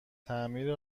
تعمیر